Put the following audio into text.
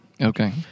Okay